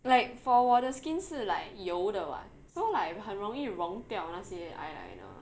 like for 我的 skin 是 like 油的 [what] so like 很容易融掉那些 eyeliner